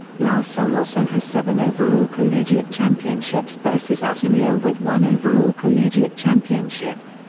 la salle also has seven overall collegiate championships versus ateneo with one overall collegiate championship.